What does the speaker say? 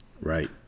Right